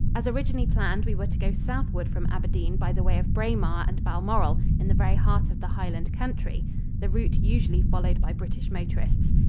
as originally planned we were to go southward from aberdeen by the way of braemar and balmoral in the very heart of the highland country the route usually followed by british motorists.